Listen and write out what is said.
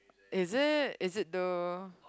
is it is it though